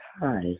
Hi